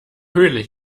höhle